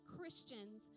Christians